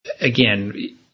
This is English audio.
again